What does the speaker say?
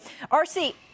RC